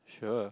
sure